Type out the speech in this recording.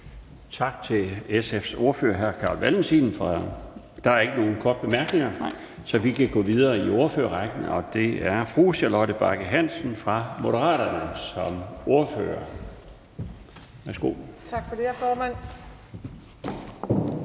Tak til SF's ordfører, hr. Carl Valentin. Der er ikke nogen korte bemærkninger, så vi kan gå videre i ordførerrækken. Det er fru Charlotte Bagge Hansen fra Moderaterne som ordfører. Værsgo.